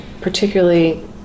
particularly